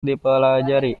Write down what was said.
dipelajari